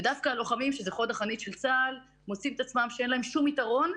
ודווקא הלוחמים שהם חוד החנית של צה"ל מוצאים את עצמם ללא שום יתרון,